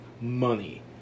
money